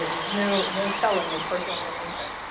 there's no no selling of personal information,